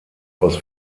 aus